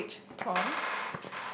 topic prompts